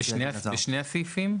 בשני הסעיפים?